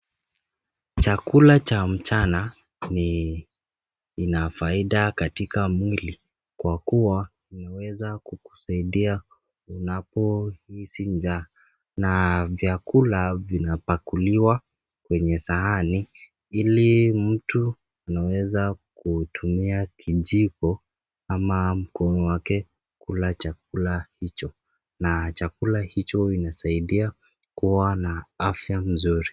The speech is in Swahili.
Chakula cha mchana ni kina faida katika mwili kwa kuwa inaweza kukusaidia unapohisi njaa na vyakula vinapakuliwa kwenye sahani ili mtu anaweza kutumia kijiko ama mkono wake kula chakula hicho na chakula hicho inasaidia kuwa na afya mzuri.